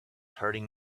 hurting